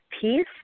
peace